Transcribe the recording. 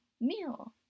meal